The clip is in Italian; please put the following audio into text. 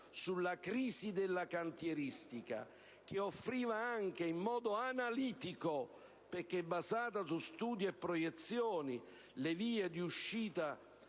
sulla crisi della cantieristica, che offriva anche, in modo analitico perché basata su studi e proiezioni e corredata